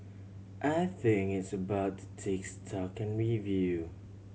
I think it's about to take stock and review